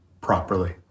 properly